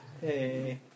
Hey